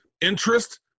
interest